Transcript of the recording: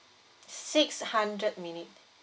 six hundred minutes